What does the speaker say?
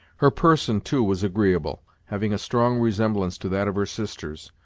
her person, too, was agreeable, having a strong resemblance to that of her sister's,